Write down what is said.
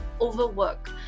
overwork